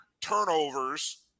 turnovers